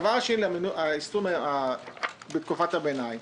לגבי היישום בתקופת הביניים